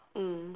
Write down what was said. mm